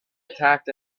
attacked